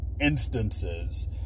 Instances